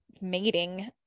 mating